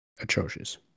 atrocious